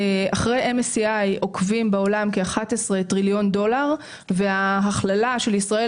אחרי MSCI עוקבים בעולם כ-11 טריליון דולר וההכללה של ישראל